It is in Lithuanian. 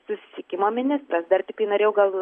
susisiekimo ministras dar tiktai norėjau gal